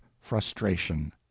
frustration